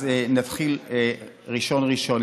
אז נתחיל ראשון-ראשון.